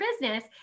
business